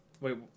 Wait